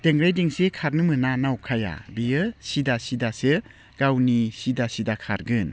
देंग्राय दिंसि खारनो मोना नावखाया बियो सिदा सिदासो गावनि सिदा सिदा खारगोन